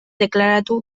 deklaratu